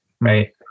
right